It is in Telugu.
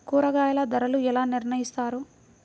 కూరగాయల ధరలు ఎలా నిర్ణయిస్తారు?